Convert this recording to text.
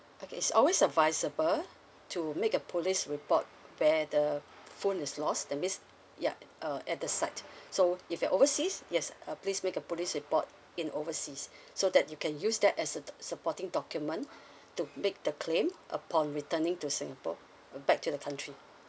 okay it's always advisable to make a police report where the phone is lost the mis~ ya uh at the site so if you're overseas yes uh please make a police report in overseas so that you can use that as a supporting document to make the claim upon returning to singapore uh back to the country